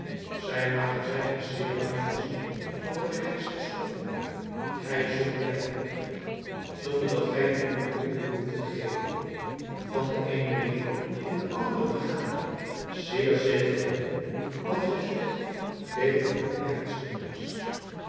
zijn magazijn is zeer ruim voorzien van de rijkste stoffen gij zult bij hem zonder dat gij u de moeite behoeft te geven van den eenen winkel in den anderen te gaan zeer zeker vinden wat gij zoekt beter dan ergens anders